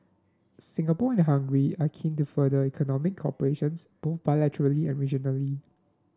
Singapore and Hungary are keen to further economic cooperation's both bilaterally and regionally